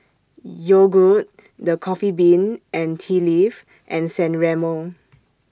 Yogood The Coffee Bean and Tea Leaf and San Remo